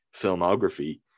filmography